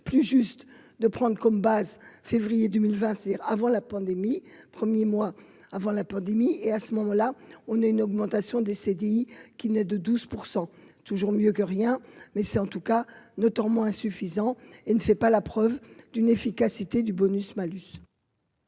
plus juste de prendre comme base, février 2020, c'est-à-dire avant la pandémie premiers mois avant la pandémie et à ce moment-là, on a une augmentation des CDI qui n'est de 12 % toujours mieux que rien, mais c'est en tout cas ne tombons insuffisant, il ne fait pas la preuve d'une efficacité du bonus malus.